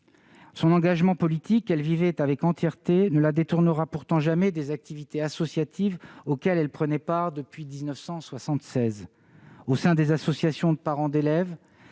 Son engagement politique, qu'elle vivait avec entièreté, ne la détournera pourtant jamais des activités associatives auxquelles elle prenait part depuis 1976 au sein des associations de parents d'élèves